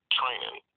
training